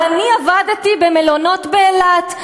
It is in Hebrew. אבל אני עבדתי במלונות באילת.